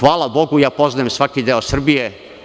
Hvala Bogu, ja poznajem svaki deo Srbije.